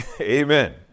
Amen